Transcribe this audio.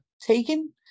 taken